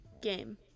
game